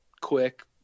quick